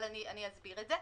אבל אני אסביר את זה.